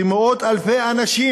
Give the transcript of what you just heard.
שמאות-אלפי אנשים,